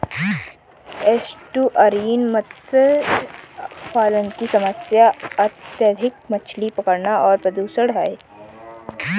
estuarine मत्स्य पालन की समस्या अत्यधिक मछली पकड़ना और प्रदूषण है